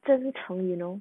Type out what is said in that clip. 这是橙 you know